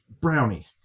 brownie